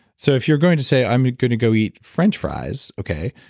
so if you're going to say, i'm going to go eat french fries. okay.